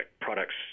products